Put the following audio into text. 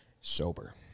Sober